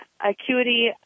acuity